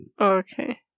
okay